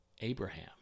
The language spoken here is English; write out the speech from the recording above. Abraham